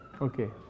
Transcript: okay